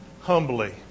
humbly